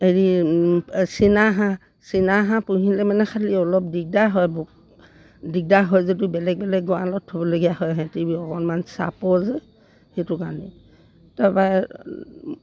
হেৰি এই চীনা হাঁহ চীনা হাঁহ পুহিলে মানে খালি অলপ দিগদাৰ হয় বাৰু দিগদাৰ হয় যদিও বেলেগ বেলেগ গড়ালত থ'বলগীয়া হয় সিহঁতি অকণমান চাপৰ যে সেইটো কাৰণে তাৰপৰা